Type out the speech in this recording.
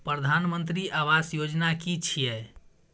प्रधानमंत्री आवास योजना कि छिए?